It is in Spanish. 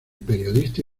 periodista